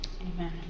amen